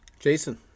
Jason